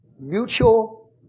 Mutual